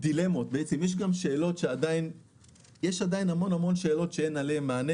יש עדיין המון שאלות שאין עליהן עדיין מענה